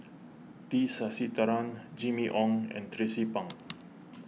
T Sasitharan Jimmy Ong and Tracie Pang